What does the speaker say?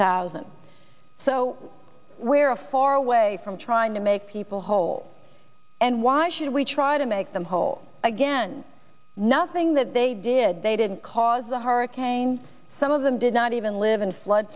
thousand so we're a far away from trying to make people whole and why should we try to make them whole again nothing that they did they didn't cause a hurricane some of them did not even live in flood